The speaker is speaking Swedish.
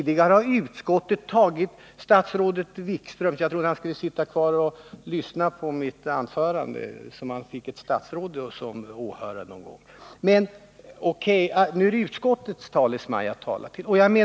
Jag trodde att statsrådet Wikström skulle sitta kvar och lyssna på mitt anförande så att jag fick ett statsråd som åhörare någon gång, men O.K., jag Nr 102 får debattera med utskottets talesman i stället.